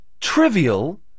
trivial